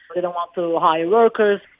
they don't want to hire workers.